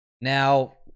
Now